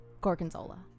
Gorgonzola